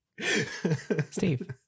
Steve